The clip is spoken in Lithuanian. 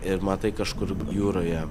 ir matai kažkur jūroje